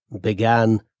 began